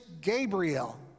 Gabriel